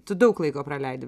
tu daug laiko praleidi